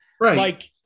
Right